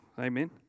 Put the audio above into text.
amen